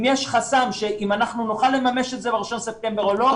אם יש חסם שאם אנחנו נוכל לממש את זה ל-1 בספטמבר או לא,